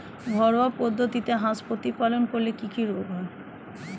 ঘরোয়া পদ্ধতিতে হাঁস প্রতিপালন করলে কি কি রোগ হয়?